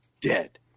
dead